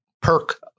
perk